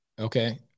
Okay